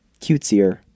cutesier